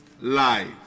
life